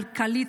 כלכלית,